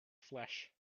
flesh